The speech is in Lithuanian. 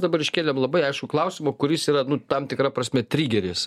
dabar iškėlėm labai aiškų klausimą kuris yra nu tam tikra prasme trigeris